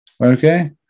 Okay